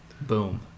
boom